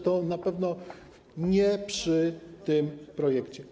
To na pewno nie przy tym projekcie.